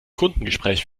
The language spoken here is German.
kundengespräch